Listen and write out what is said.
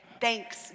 thanks